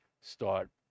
start